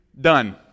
done